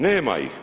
Nema ih.